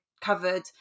covered